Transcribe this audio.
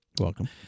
Welcome